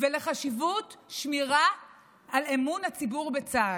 ולחשיבות שמירה על אמון הציבור בצה"ל.